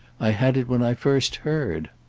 i had it when i first heard.